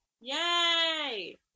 Yay